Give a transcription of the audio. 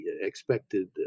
expected